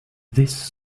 this